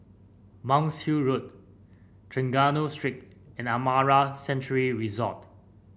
Monk's Hill Road Trengganu Street and Amara Sanctuary Resort